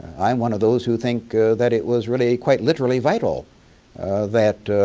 i'm one of those who think that it was really quite, literally vital that